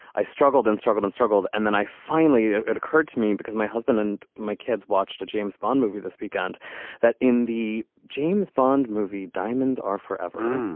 i struggled and struggled and struggled. and then i finally it occurred to me because my husband and my kids watched a james bond movie. this began to that in the james bond movie. diamonds are forever.